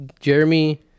Jeremy